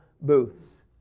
booths